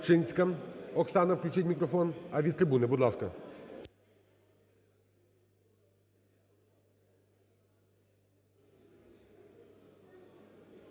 Корчинська Оксана, включіть мікрофон. А, від трибуни, будь ласка.